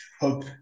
hope